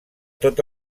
tot